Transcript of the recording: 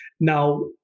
Now